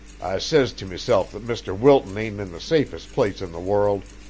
says to meself that mr. wilton ain't in the safest place in the world,